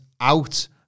out